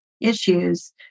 issues